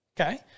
Okay